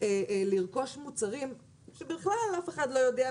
ימשיך לרכוש מוצרים שבכלל אף אחד לא יודע,